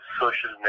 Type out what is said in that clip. social